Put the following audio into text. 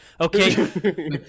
Okay